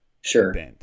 sure